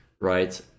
right